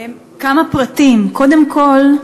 כמה פרטים: קודם כול,